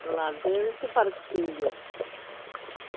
लांदे रेह् ते फर्क पेई गेआ